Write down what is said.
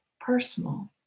personal